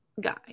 guy